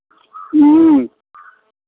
ह्म्म